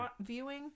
viewing